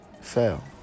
fail